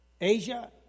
Asia